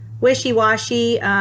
wishy-washy